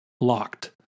locked